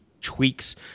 tweaks